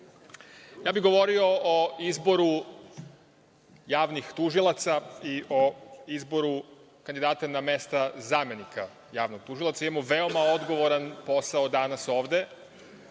ja bih govorio o izboru javnih tužilaca i o izboru kandidata na mesta zamenika javnog tužioca. Imamo veoma odgovoran posao danas ovde.